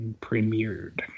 premiered